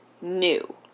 new